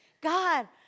God